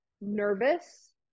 nervous